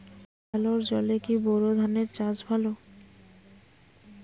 সেলোর জলে কি বোর ধানের চাষ ভালো?